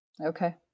okay